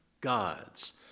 Gods